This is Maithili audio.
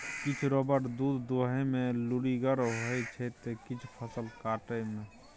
किछ रोबोट दुध दुहय मे लुरिगर होइ छै त किछ फसल काटय मे